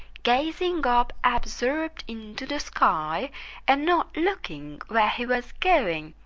gazing up absorbed into the sky and not looking where he was going,